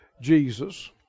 Jesus